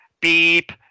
beep